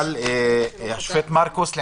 השופט מרכוס, מה